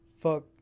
Fuck